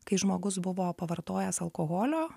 kai žmogus buvo pavartojęs alkoholio